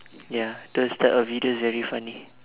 ya those type of videos very funny